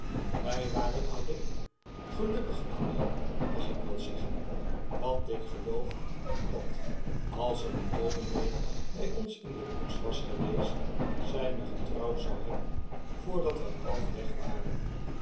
wy waren alleen gelukkig alleen mag ik wel zeggen want ik geloof dat als er een domine by ons in de koets was geweest zij mg getrouwd zou hebben voordat wg halfweg waren